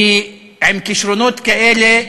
כי עם כישרונות כאלה,